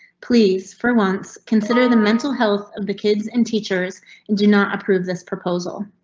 please for once, consider the mental health of the kids and teachers and do not approve this proposal.